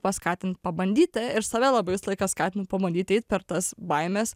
paskatint pabandyti ir save labai visą laiką skatinu pabandyti eit per tas baimes